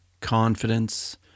confidence